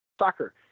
soccer